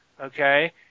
okay